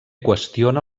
qüestiona